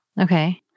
Okay